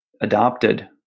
adopted